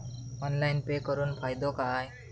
Online pay करुन फायदो काय?